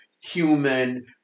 human